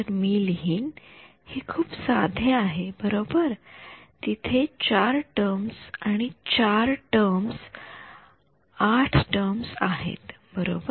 तर मी लिहीन ते खूप साधे आहे बरोबर तिथे किती ४ टर्म्स आणि ४ टर्म्स ८ टर्म्स आहेत बरोबर